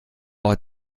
ort